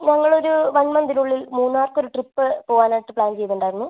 ഞങ്ങൾ ഒരു വൺ മന്തിനുള്ളിൽ മൂന്നാർക്ക് ഒരു ട്രിപ്പ് പോവാനായിട്ട് പ്ലാൻ ചെയ്തിട്ടുണ്ടായിരുന്നു